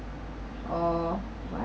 oh why